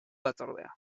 batzordea